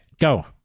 go